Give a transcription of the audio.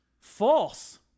False